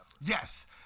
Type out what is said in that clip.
Yes